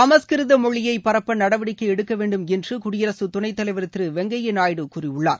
சமஸ்கிருத மொழியை பரப்ப நடவடிக்கை எடுக்க வேண்டும் என்று குடியரசு துணைத் தலைவர் திரு வெங்கை நாயுடு கூறியுள்ளார்